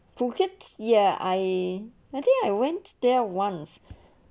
forget ya I I think I went there once